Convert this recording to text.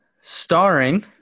starring